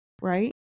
Right